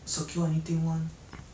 quite quite generic lah I see